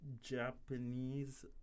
Japanese